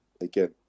again